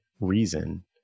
reason